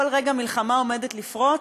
כל רגע מלחמה עומדת לפרוץ,